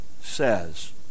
says